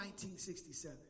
1967